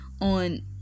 on